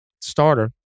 starter